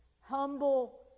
humble